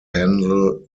handle